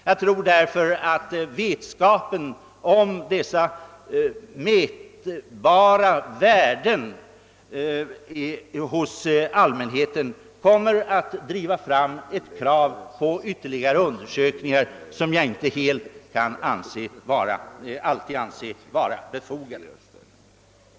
Jag tror därför att allmänhetens vetskap om dessa mätbara värden kommer att driva fram ett krav på ytterligare undersökningar vilka inte alltid kan anses befogade.